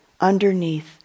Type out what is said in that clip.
underneath